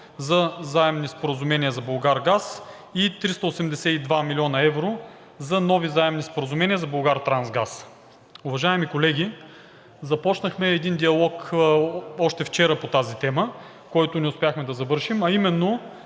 за заемни споразумения за „Булгаргаз“ и 382 млн. евро за нови заемни споразумения за „Булгартрансгаз“. Уважаеми колеги, започнахме един диалог още вчера по тази тема, който не успяхме да завършим, а именно,